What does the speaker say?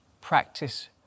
practice